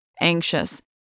anxious